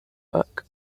book